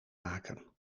maken